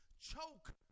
Choke